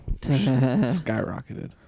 Skyrocketed